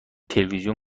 تلویزیون